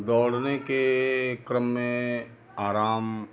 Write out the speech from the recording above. दौड़ने के क्रम में आराम